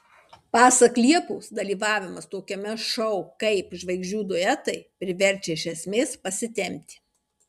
pasak liepos dalyvavimas tokiame šou kaip žvaigždžių duetai priverčia iš esmės pasitempti